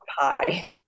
pie